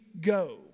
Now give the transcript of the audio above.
go